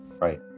Right